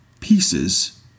pieces